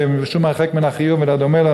ומשום הרחק מן הכיעור ומן הדומה לו,